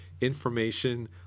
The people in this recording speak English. information